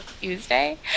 Tuesday